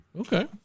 Okay